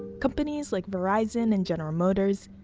companies like verizon and general motors,